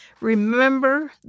remember